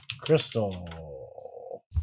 crystal